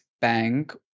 Bank